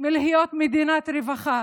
מלהיות מדינת רווחה,